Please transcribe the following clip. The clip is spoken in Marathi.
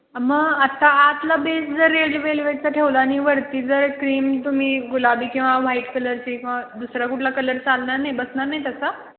मग आत्ता आतला बेस जर रेड वेल्वेटचा ठेवला आणि वरती जर क्रीम तुम्ही गुलाबी किंवा व्हाईट कलरची किंवा दुसरा कुठला कलर चालणार नाही बसणार नाही त्याचा